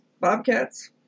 Bobcats